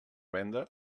venda